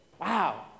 Wow